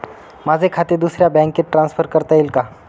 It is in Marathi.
माझे खाते दुसऱ्या बँकेत ट्रान्सफर करता येईल का?